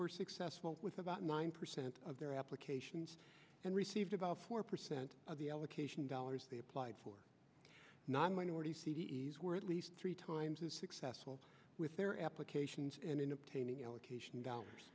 were successful with about nine percent of their applications and received about four percent of the allocation dollars they applied for non minority c d s were at least three times as successful with their applications and in obtaining allocation